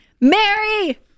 Mary